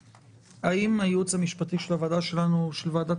האם הייעוץ המשפטי של הוועדה שלנו ושל ועדת